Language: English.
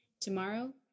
tomorrow